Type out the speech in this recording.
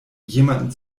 jemanden